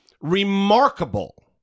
remarkable